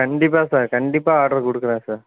கண்டிப்பாக சார் கண்டிப்பாக ஆர்டர் கொடுக்குறேங்க சார்